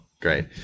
Great